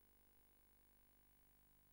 אני